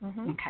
Okay